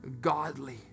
godly